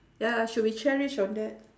ya should be cherished on that